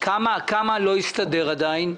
כמה לא הסתדר עדיין?